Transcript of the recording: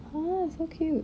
ah so cute